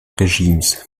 regimes